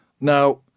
Now